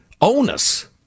onus